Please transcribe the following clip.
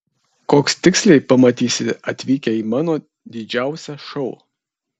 koks tiksliai pamatysite atvykę į mano didžiausią šou